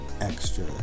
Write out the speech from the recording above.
extra